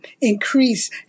increase